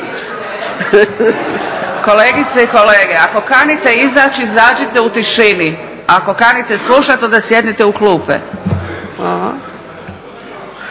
Kolegice i kolege ako kanite izaći izađite u tišini, a ako kanite slušat onda sjedite u klupe.